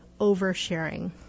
oversharing